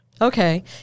Okay